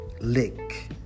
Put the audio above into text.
Lick